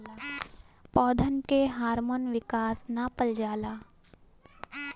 पौधन के हार्मोन विकास नापल जाला